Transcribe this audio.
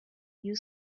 you